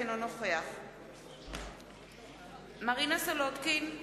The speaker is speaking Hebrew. אינו נוכח מרינה סולודקין,